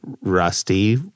Rusty